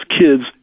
kids